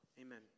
Amen